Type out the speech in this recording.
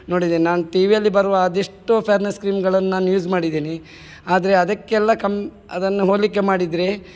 ನೋಡಿದೆ ನಾನು ಟಿವಿಯಲ್ಲಿ ಬರುವ ಅದೆಷ್ಟೋ ಫ್ಯಾರ್ನೆಸ್ ಕ್ರೀಮ್ಗಳನ್ನ ನಾನು ಯೂಸ್ ಮಾಡಿದ್ದೀನಿ ಆದರೆ ಅದಕ್ಕೆಲ್ಲ ಕಮ್ ಅದನ್ನು ಹೋಲಿಕೆ ಮಾಡಿದರೆ